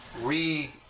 re